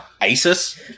ISIS